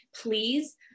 please